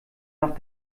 noch